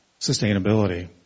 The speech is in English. sustainability